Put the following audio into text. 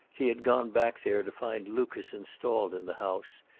he had gone back there to find lucas installed in the house,